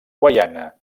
guaiana